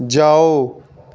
जाओ